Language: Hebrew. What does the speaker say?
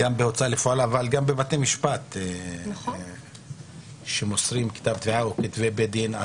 גם בהוצאה לפועל אבל גם בבתי משפט שמוסרים כתב תביעה או כתבי בית דין,